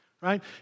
right